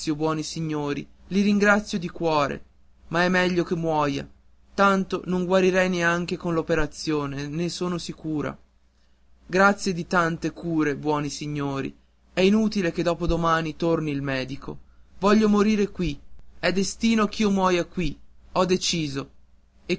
buoni signori li ringrazio di cuore ma è meglio che muoia tanto non guarirei neanche con l'operazione ne sono sicura grazie di tante cure buoni signori è inutile che dopo domani torni il medico voglio morire è destino ch'io muoia qui ho deciso